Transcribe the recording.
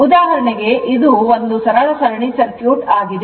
ಉದಾಹರಣೆಗೆ ಇದು ಒಂದು ಸರಳ ಸರಣಿ ಸರ್ಕ್ಯೂಟ್ ಆಗಿದೆ